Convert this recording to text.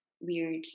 weird